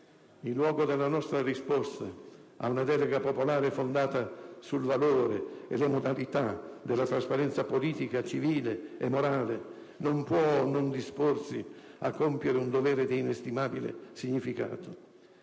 il luogo della nostra risposta a una delega popolare fondata sul valore e sulle modalità della trasparenza politica, civile e morale, non può non disporsi a compiere un dovere di inestimabile significato.